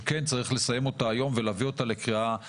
שכן צריך לסיים אותה היום ולהביא אותה לקריאה ראשונה.